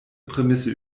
prämisse